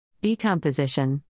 Decomposition